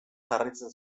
jarraitzen